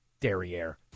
derriere